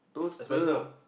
expensive tau